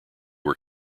were